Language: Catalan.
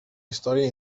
història